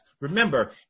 Remember